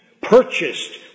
Purchased